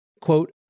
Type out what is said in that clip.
Quote